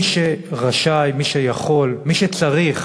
מי שרשאי, מי שיכול, מי שצריך